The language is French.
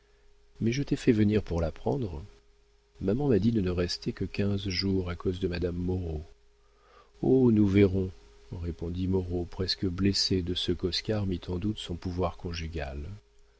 mais je t'ai fait venir pour l'apprendre maman m'a dit de ne rester que quinze jours à cause de madame moreau oh nous verrons répondit moreau presque blessé de ce qu'oscar mît en doute son pouvoir conjugal